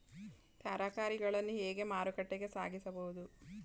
ತರಕಾರಿಗಳನ್ನು ಹೇಗೆ ಮಾರುಕಟ್ಟೆಗೆ ಸಾಗಿಸಬಹುದು?